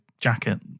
jacket